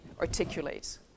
articulates